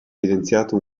evidenziato